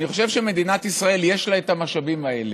אני חושב שלמדינת ישראל יש את המשאבים האלה,